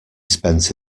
spent